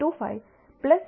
25 P છે જે 0